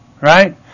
Right